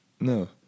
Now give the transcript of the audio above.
No